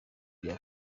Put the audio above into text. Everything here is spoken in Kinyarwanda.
bya